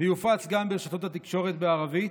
ויופץ גם ברשתות התקשורת בערבית,